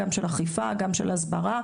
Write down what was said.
גם של אכיפה וגם של הסברה,